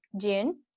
June